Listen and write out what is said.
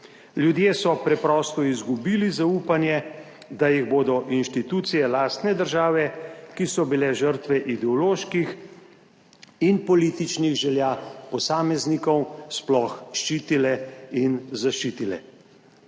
Ljudje so preprosto izgubili zaupanje, da jih bodo institucije lastne države, ki so bile žrtve ideoloških in političnih želja posameznikov, sploh ščitile in zaščitile.